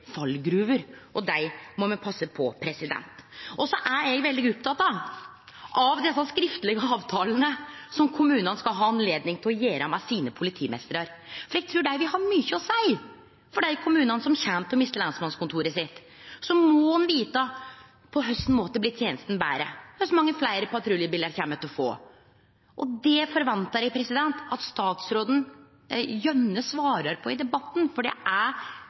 fallgruver, og dei må me passe på. Så er eg veldig oppteken av desse skriftlege avtalane som kommunane skal ha anledning til å gjere med sine politimeistrar, for eg trur at dei vil ha mykje å seie for dei kommunane som kjem til å miste lensmannskontoret sitt. Ein må vite: På kva måte blir tenesta betre? Kor mange fleire patruljebilar kjem me til å få? Det forventar eg at statsråden gjerne svarar på i debatten, for slik som det er